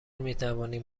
میتوانید